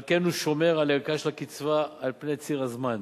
על כן הוא שומר על ערכה של הקצבה על פני ציר הזמן.